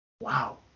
Wow